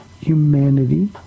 humanity